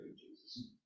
Jesus